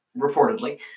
reportedly